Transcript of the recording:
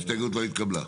ההסתייגות לא התקבלה.